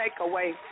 takeaway